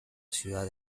ciudad